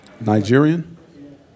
Nigerian